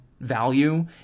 value